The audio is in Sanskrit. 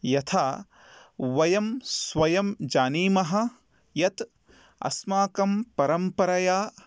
यथा वयं स्वयं जानीमः यत् अस्माकं परम्परया